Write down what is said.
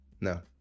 No